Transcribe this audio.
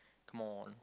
more